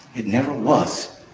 it never was.